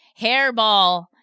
Hairball